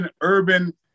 urban